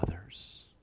others